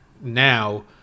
now